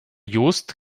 jost